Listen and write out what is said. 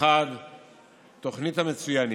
1. תוכנית המצוינים.